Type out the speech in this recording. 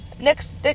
Next